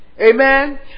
Amen